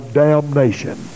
damnation